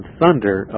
thunder